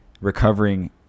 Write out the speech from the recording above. recovering